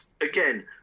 Again